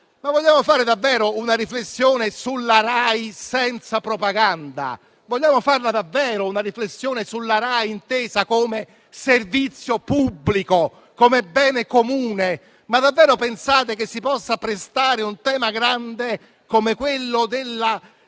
vogliamo fare davvero una riflessione sulla RAI, senza propaganda? Vogliamo farla davvero una riflessione sulla RAI intesa come servizio pubblico, come bene comune? Ma davvero pensate che un tema grande come quello della